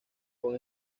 con